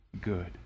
good